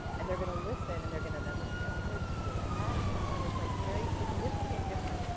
and they're gonna listen and they're gonna then listen to episode two. and that alone is like a very significant difference.